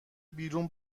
بیرون